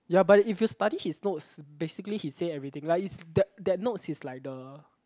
ya but if you study his notes basically he say everything like is that that notes is like the